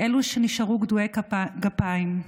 אלו שנשארו גדועי גפיים,